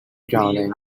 drowning